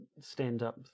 stand-up